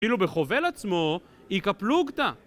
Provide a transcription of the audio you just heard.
אפילו בחובל עצמו, איכא פלוגתא